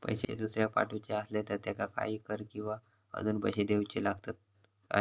पैशे दुसऱ्याक पाठवूचे आसले तर त्याका काही कर किवा अजून पैशे देऊचे लागतत काय?